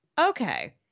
okay